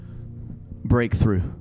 Breakthrough